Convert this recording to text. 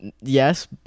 yes